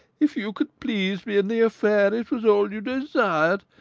if you could please me in the affair it was all you desired!